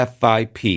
FIP